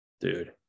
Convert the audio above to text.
dude